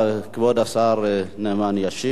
כבוד השר נאמן ישיב.